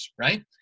right